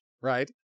right